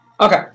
Okay